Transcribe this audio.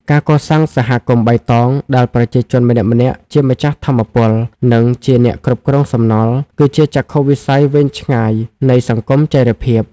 ការកសាង "សហគមន៍បៃតង" ដែលប្រជាជនម្នាក់ៗជាម្ចាស់ថាមពល និងជាអ្នកគ្រប់គ្រងសំណល់ គឺជាចក្ខុវិស័យវែងឆ្ងាយនៃសង្គមចីរភាព។